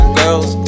girls